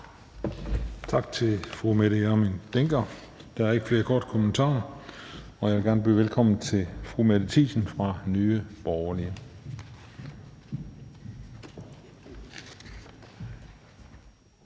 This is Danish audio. Tak til fru Mette Hjermind Dencker. Der er ikke flere korte bemærkninger. Jeg vil gerne byde velkommen til fru Mette Thiesen fra Nye Borgerlige.